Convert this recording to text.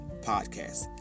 podcast